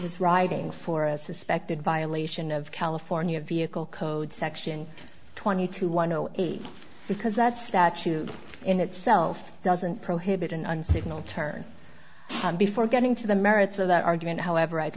is riding for a suspected violation of california vehicle code section twenty two one zero eight because that statute in itself doesn't prohibit an on signal turn before getting to the merits of that argument however i'd